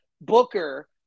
booker